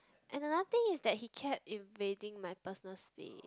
and another thing is that he kept invading my personal space